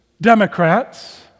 Democrats